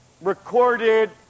recorded